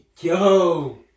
Yo